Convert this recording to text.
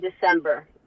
December